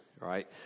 right